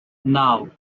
now